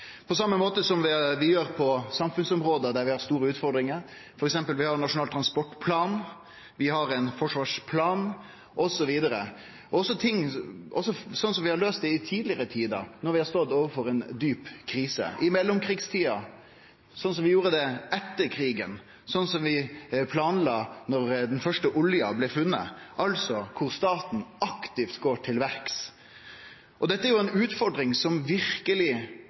vi gjer på samfunnsområde der vi har store utfordringar – f.eks. har vi Nasjonal transportplan, vi har ein forsvarsplan osv. Det blir på same måten som vi har løyst det i tidlegare tider når vi har stått overfor ei djup krise, i mellomkrigstida, slik som vi gjorde det etter krigen, og slik som vi planla da den første olja blei funnen – altså at staten går aktivt til verks. Dette er jo ei utfordring som verkeleg